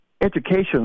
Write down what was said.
education